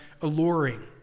alluring